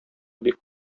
бик